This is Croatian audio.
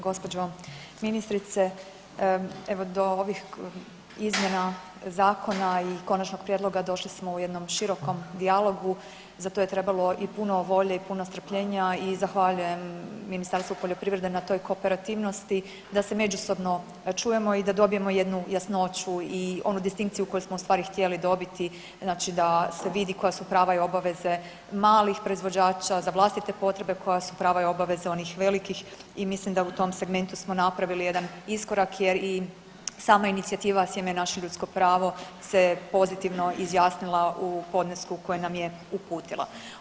Gospođo ministrice, evo do ovih izmjena zakona i konačnog prijedloga došli smo u jednom širokom dijalogu, za to je trebalo i puno volje i puno strpljenja i zahvaljujem Ministarstvu poljoprivrede na toj kooperativnosti da se međusobno čujemo i da dobijemo jednu jasnoću i onu distinkciju koju smo u stvari htjeli dobiti znači da se vidi koja su prava i obaveze malih proizvođača, za vlastite potrebe, koja su prava i obaveze onih velikih i mislim da u tom segmentu smo napravili jedan iskorak jer i sama inicijativa Sjeme naše ljudsko pravo se pozitivno izjasnila u podnesku koji nam je uputila.